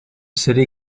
city